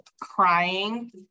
crying